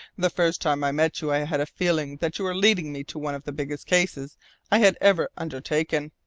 the first time i met you i had a feeling that you were leading me to one of the biggest cases i had ever undertaken.